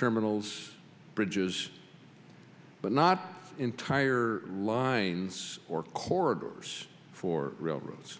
terminals bridges but not entire lines or corridors for railroads